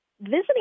visiting